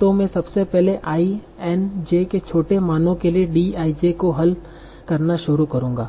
तो मैं सबसे पहले i n j के छोटे मानों के लिए D i j को हल करना शुरू करुंगा